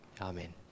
Amen